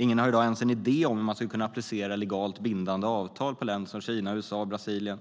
Ingen har i dag ens en idé om hur man skulle kunna applicera legalt bindande avtal på länder som Kina, USA, Brasilien,